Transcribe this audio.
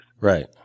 Right